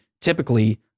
typically